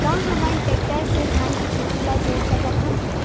का हमन टेक्टर से धान के खेत ल जोत सकथन?